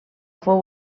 fou